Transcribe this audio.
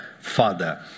father